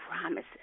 promises